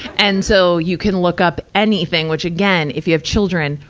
and so, you can look up anything, which again, if you have children,